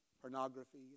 pornography